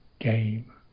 game